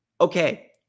okay